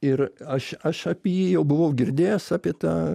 ir aš aš apie jį jau buvau girdėjęs apie tą